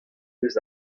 eus